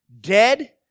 Dead